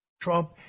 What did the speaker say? Trump